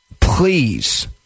please